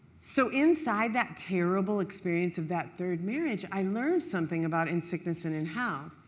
so inside that terrible experience of that third marriage, i learned something about in sickness and in health.